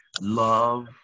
love